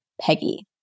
Peggy